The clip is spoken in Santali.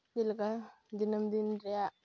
ᱡᱮᱞᱮᱠᱟ ᱫᱤᱱᱟᱹᱢ ᱫᱤᱱ ᱨᱮᱭᱟᱜ